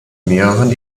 mehreren